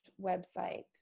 website